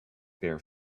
bare